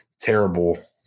terrible